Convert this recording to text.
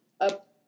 up